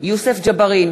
יוסף ג'בארין,